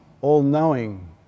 all-knowing